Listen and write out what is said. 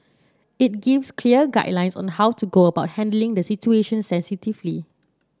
it gives clear guidelines on how to go about handling the situation sensitively